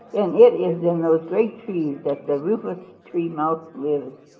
and it is in those great trees that the rufous tree mouse lives.